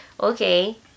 Okay